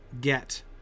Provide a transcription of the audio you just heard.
get